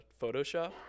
Photoshop